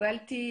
קיבלתי